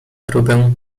próbę